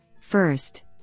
First